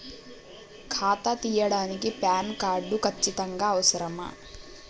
ఖాతా తీయడానికి PAN card ఖచ్చితంగా అవసరమా?